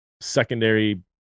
secondary